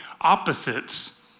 opposites